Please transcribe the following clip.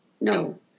no